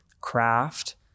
craft